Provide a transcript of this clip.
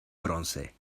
bronce